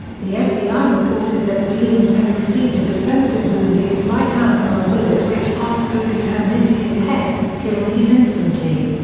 the fbi reported that williams had received a defensive wound to his right hand from a bullet which passed through his hand into his head, killing him instantly.